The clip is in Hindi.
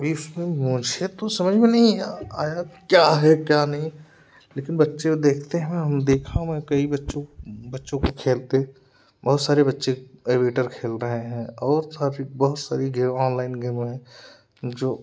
इसमें मुझे तो समझ में नहीं आ आया क्या है क्या नहीं लेकिन बच्चे को देखते हैं देखा हूँ मैं कई बच्चों बच्चों को खेलते बहुत सारे बच्चे एवीटर खेल रहे हैं और साथ ही बहुस सारी गेम ऑनलाइन गेम है जो